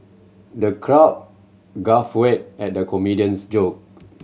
the crowd guffawed at the comedian's joke